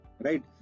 right